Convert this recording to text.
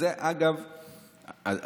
אוקיי,